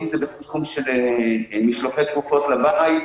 אם זה בתחום של משלוחי תרופות לבית,